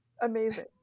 Amazing